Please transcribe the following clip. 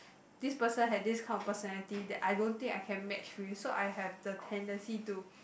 this person had this kind of personality that I don't think I can match with so I have the tendency to